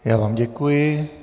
Já vám děkuji.